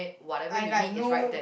I like know